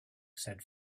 said